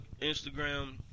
Instagram